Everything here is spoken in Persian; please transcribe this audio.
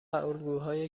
الگوهای